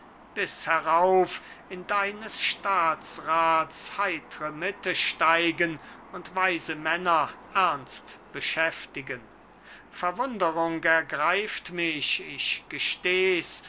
bis herauf in deines staatsrats heitre mitte steigen und weise männer ernst beschäftigen verwunderung ergreift micht ich gesteh's